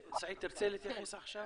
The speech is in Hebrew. סעיד, תרצה להתייחס עכשיו?